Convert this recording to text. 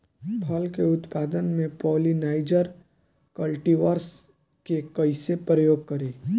फल के उत्पादन मे पॉलिनाइजर कल्टीवर्स के कइसे प्रयोग करी?